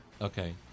Okay